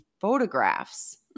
photographs